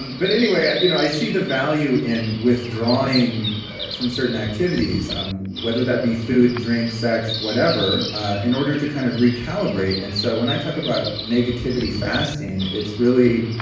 but i you know i see the value in withdrawing from certain activities um whether that be food, drink, sex, whatever in order to kind of recalibrate, and so when i talk about negativity fasting, it's really.